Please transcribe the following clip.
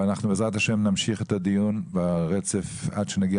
אנחנו בעזרת השם נמשיך את הדיון ברצף עד שנגיע